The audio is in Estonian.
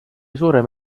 suurem